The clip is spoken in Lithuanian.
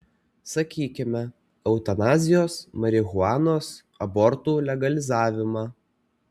sakykime eutanazijos marihuanos abortų legalizavimą